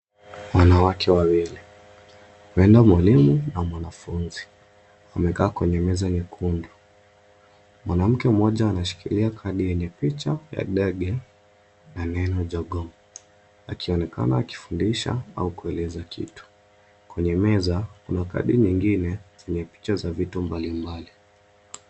Wanawake wawili, huenda mwalimu na mwanafunzi, wamekaa kwenye meza nyekundu. Mwanamke mmoja anashikilia kadi yenye picha na neno jogoo akionekana akifundisha au kueleza kitu. Kwenye meza kuna kadi nyingine zenye picha za vitu mbalimbali.